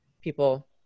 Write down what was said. people